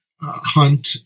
Hunt